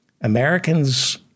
Americans